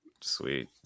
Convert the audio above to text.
sweet